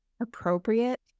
appropriate